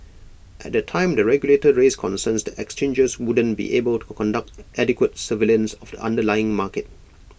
at the time the regulator raised concerns that exchanges wouldn't be able to conduct adequate surveillance of the underlying market